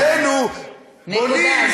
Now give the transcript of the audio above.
אצלנו בונים, נקודה.